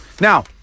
Now